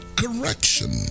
correction